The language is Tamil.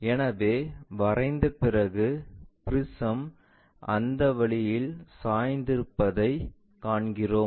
எனவே வரைந்த பிறகு ப்ரிஸம் அந்த வழியில் சாய்ந்திருப்பதைக் காண்கிறோம்